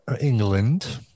England